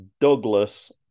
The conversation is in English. Douglas